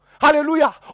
Hallelujah